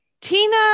Tina